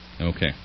Okay